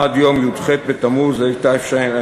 עד יום י"ח בתמוז התשע"ח,